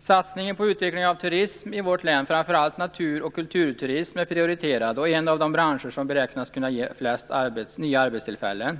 Satsningen på utvecklingen av turismen i vårt län, framför allt natur och kulturturismen, är prioriterad. Turismen är en av de branscher som beräknas kunna ge de flesta nya arbetstillfällena.